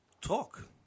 talk